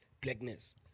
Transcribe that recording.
blackness